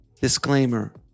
Disclaimer